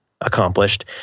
Accomplished